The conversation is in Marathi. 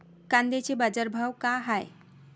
कांद्याचे बाजार भाव का हाये?